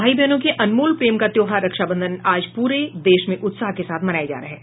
भाई बहनों के अनमोल प्रेम का त्योहार रक्षाबंधन आज पूरे देश में उत्साह के साथ मनाया जा रहा है